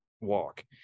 walk